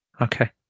Okay